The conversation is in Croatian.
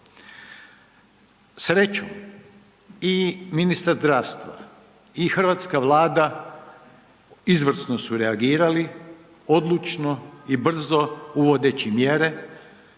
Srećom, i ministar zdravstva i hrvatska Vlada izvrsno su reagirali, odlučno i brzo uvodeći mjere